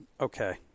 Okay